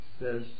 says